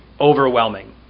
overwhelming